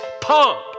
pump